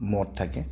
মদ থাকে